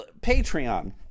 Patreon